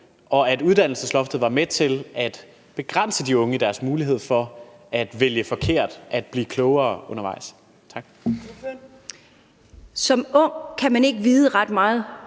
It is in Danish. og at uddannelsesloftet var med til at begrænse de unge i deres mulighed for at vælge forkert, at blive klogere undervejs? Tak. Kl. 12:40 Fjerde næstformand